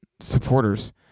supporters